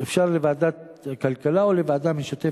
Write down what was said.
אפשר לוועדת הכלכלה או לוועדה המשותפת.